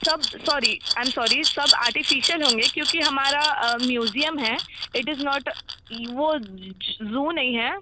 सब sorry um sorry सब artificial होंगे क्योंकि हमारा म्यूज़ियम है इट इज़ नॉट वह ज़ू नहीं है